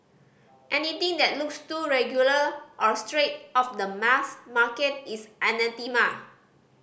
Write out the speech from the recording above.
anything that looks too regular or straight off the mass market is anathema